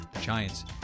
Giants